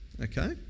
okay